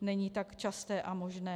není tak časté a možné.